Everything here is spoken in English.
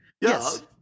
Yes